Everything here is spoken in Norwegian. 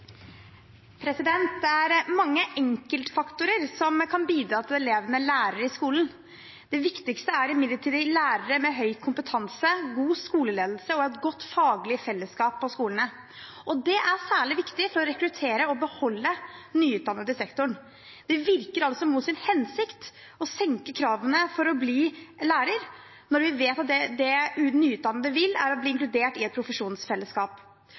landet. Det er mange enkeltfaktorer som kan bidra til at elevene lærer i skolen. Det viktigste er imidlertid lærere med høy kompetanse, god skoleledelse og et godt faglig fellesskap på skolene. Det er særlig viktig for å rekruttere og beholde nyutdannede i sektoren. Det virker altså mot sin hensikt å senke kravene for å bli lærer når vi vet at det nyutdannede vil, er å bli inkludert i et profesjonsfellesskap.